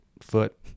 foot